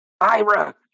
Ira